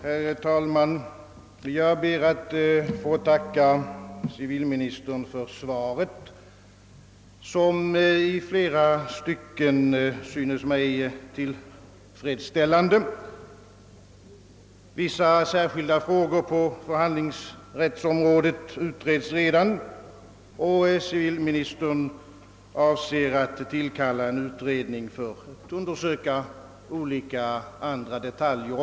Herr talman! Jag ber att få tacka civilministern för svaret, som i flera av seenden synes mig tillfredsställande. Vissa särskilda frågor på förhandlingsrättsområdet utredes redan, och civilministern avser att tillkalla en utredning för att undersöka även andra detaljer.